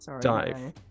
Dive